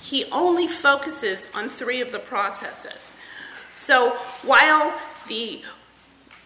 he only focuses on three of the processes so while the